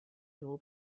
dvou